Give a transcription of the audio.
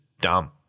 dumb